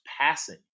passing